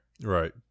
Right